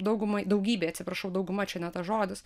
daugumai daugybei atsiprašau dauguma čia ne tas žodis